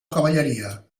cavalleria